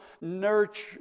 nurture